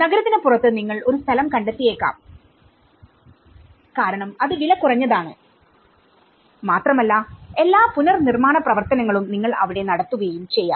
നഗരത്തിന് പുറത്ത് നിങ്ങൾ ഒരു സ്ഥലം കണ്ടെത്തിയേക്കാം കാരണം അത് വിലകുറഞ്ഞതാണ് മാത്രമല്ല എല്ലാ പുനർനിർമ്മാണ പ്രവർത്തനങ്ങളും നിങ്ങൾ അവിടെ നടത്തുകയും ചെയ്യാം